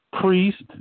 priest